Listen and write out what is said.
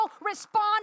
respond